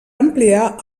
ampliar